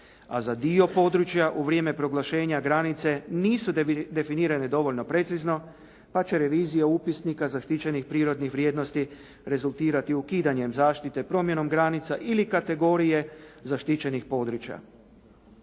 a za dio područja u vrijeme proglašenja granice, nisu definirane dovoljno precizno pa će revizija upisnika zaštićenih prirodnih vrijednosti rezultirati ukidanjem zaštite, promjenom granica ili kategorije zaštićenih područja.